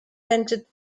ended